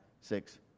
six